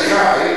סליחה,